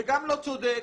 זה גם לא צודק,